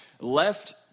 left